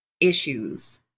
issues